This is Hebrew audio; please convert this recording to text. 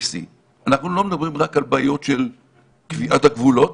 C. לא מדברים רק על בעיות של קביעת הגבולות,